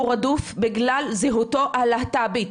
הוא רדוף בגלל זהותו הלהט"בית,